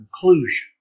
conclusion